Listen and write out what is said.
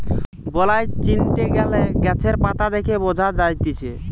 বালাই চিনতে গ্যালে গাছের পাতা দেখে বঝা যায়তিছে